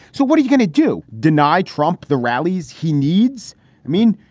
so what are you gonna do, deny trump the rallies he needs? i mean,